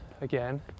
again